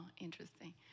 Interesting